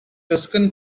tuscan